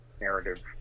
narrative